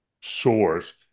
source